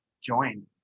join